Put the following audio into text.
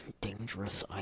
dangerous